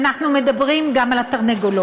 אנחנו מדברים גם על התרנגולות.